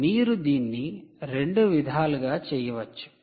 మీరు దీన్ని రెండు విధాలుగా చేయవచ్చు